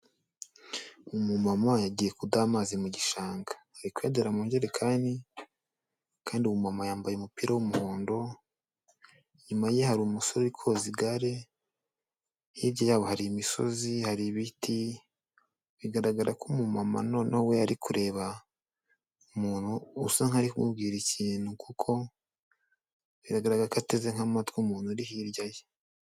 Umumama yagiye kudaha amazi mu gishanga ari kuyadahira mu njerekani kandi uwo mu mama yambaye umupira w'umuhondo inyuma ye hari umusore uri koza igare hirya yabo hari imisozi hari ibiti bigaragara ko umu mama noneho we ari kureba umuntu usa nk'aho ari kumubwira ikintu kuko biragaraga ko ateze nk'amatwi umuntu uri hirya ye.